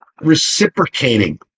reciprocating